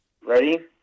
Ready